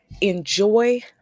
enjoy